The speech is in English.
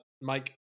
mike